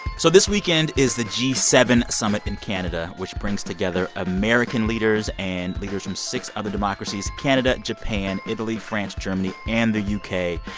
so this weekend is the g seven summit in canada, which brings together american leaders and leaders from six other democracies canada, japan, italy, france, germany and the u k.